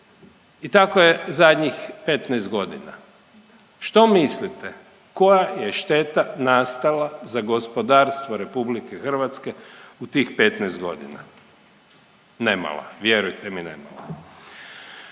i tako je zadnjih 15 godina. Što mislite, koja je šteta nastala za gospodarstvo RH u tih 15 godina? Nemala, vjerujte mi, nemala.